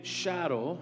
shadow